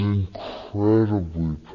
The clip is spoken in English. incredibly